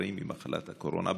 נפטרים ממחלת הקורונה,